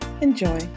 Enjoy